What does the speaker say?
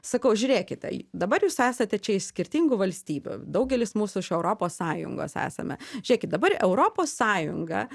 sakau žiūrėkite dabar jūs esate čia iš skirtingų valstybių daugelis mūsų iš europos sąjungos esame žiūrėkit dabar europos sąjunga